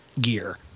gear